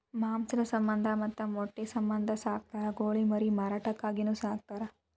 ಮಾಂಸದ ಸಮಂದ ಮತ್ತ ಮೊಟ್ಟಿ ಸಮಂದ ಸಾಕತಾರ ಕೋಳಿ ಮರಿ ಮಾರಾಟಕ್ಕಾಗಿನು ಸಾಕತಾರ